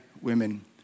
women